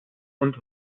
und